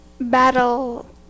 battle